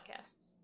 podcasts